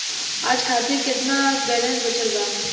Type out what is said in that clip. आज खातिर केतना बैलैंस बचल बा?